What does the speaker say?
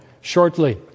shortly